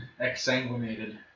Exsanguinated